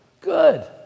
good